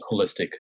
holistic